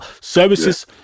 services